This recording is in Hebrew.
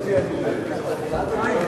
דחיית חובותיה של חברה ציבורית לבעלי השליטה בה),